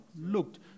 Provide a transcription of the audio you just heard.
looked